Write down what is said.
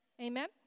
Amen